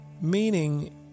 Meaning